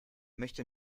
möchte